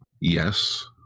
Yes